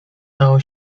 dało